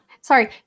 sorry